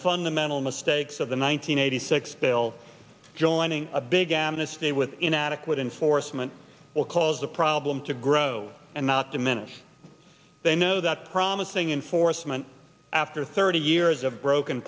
fundamental mistakes of the one nine hundred eighty six bill joining a big amnesty with inadequate enforcement will cause the problem to grow and not diminish they know that promising enforcement after thirty years of broken